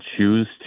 choose